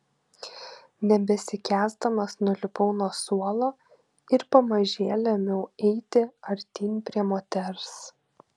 nebesikęsdamas nulipau nuo suolo ir pamažėle ėmiau eiti artyn prie moters